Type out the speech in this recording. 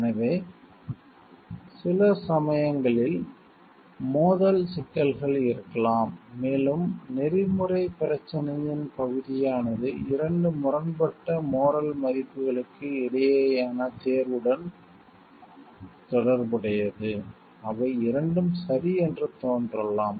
எனவே சில சமயங்களில் மோதல் சிக்கல்கள் இருக்கலாம் மேலும் நெறிமுறைப் எதிக்ஸ் பிரச்சனையின் பகுதியானது 2 முரண்பட்ட மோரல் மதிப்புகளுக்கு இடையேயான தேர்வுடன் தொடர்புடையது அவை இரண்டும் சரி என்று தோன்றலாம்